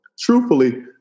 Truthfully